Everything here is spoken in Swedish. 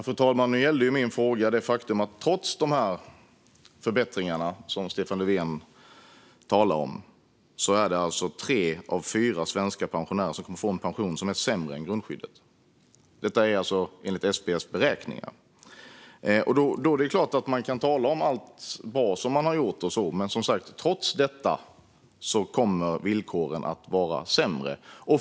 Fru talman! Nu gällde min fråga det faktum att trots de förbättringar Stefan Löfven talar om kommer tre av fyra svenska pensionärer att få en pension som är lägre än grundskyddet - detta enligt SPF:s beräkningar. Man kan såklart tala om allt bra man har gjort, men trots detta kommer som sagt villkoren att vara sämre.